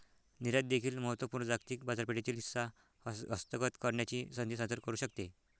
निर्यात देखील महत्त्व पूर्ण जागतिक बाजारपेठेतील हिस्सा हस्तगत करण्याची संधी सादर करू शकते